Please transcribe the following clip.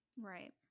Right